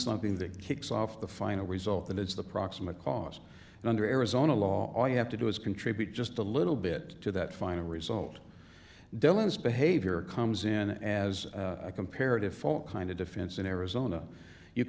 something that kicks off the final result that it's the proximate cause and under arizona law all you have to do is contribute just a little bit to that final result dillon's behavior comes in as a comparative fault kind of defense in arizona you